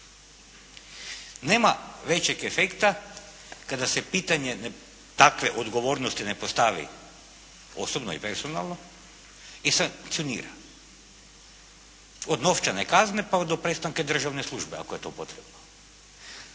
Nema većeg efekta kada se pitanje takve odgovornosti ne postavi osobno i personalno i sankcionira, od novčane kazne pa do prestanka državne službe ako je to potrebno.